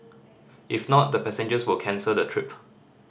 if not the passengers will cancel the trip